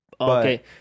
Okay